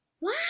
Wow